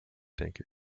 denke